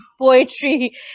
poetry